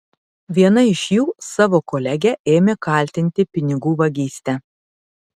viena iš jų savo kolegę ėmė kaltinti pinigų vagyste